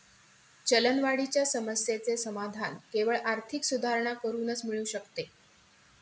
चलनवाढीच्या समस्येचे समाधान केवळ आर्थिक सुधारणा करूनच मिळू शकते